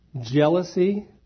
jealousy